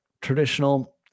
traditional